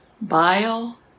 bile